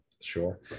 sure